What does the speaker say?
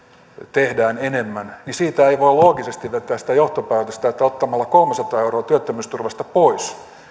tehdään enemmän niin siitä ei voi loogisesti vetää sitä johtopäätöstä että ottamalla kolmesataa euroa työttömyysturvasta pois